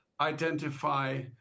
identify